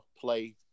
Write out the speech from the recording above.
play